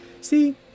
See